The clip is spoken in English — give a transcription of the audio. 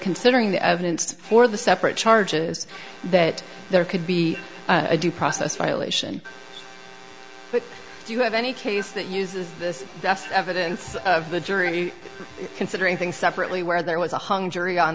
considering the evidence for the separate charges that there could be a due process violation but do you have any case that uses this evidence of the jury considering things separately where there was a hung jury on